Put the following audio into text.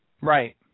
Right